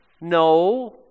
No